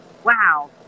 wow